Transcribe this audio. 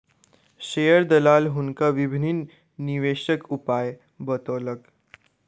share दलाल हुनका विभिन्न निवेशक उपाय बतौलक